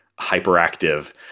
hyperactive